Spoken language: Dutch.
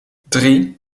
drie